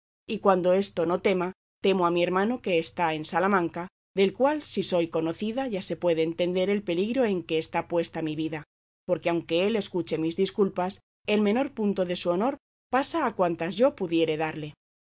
y cuando esto no tema temo a mi hermano que está en salamanca del cual si soy conocida ya se puede entender el peligro en que está puesta mi vida porque aunque él escuche mis disculpas el menor punto de su honor pasa a cuantas yo pudiere darle